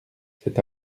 c’est